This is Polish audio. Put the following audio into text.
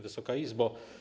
Wysoka Izbo!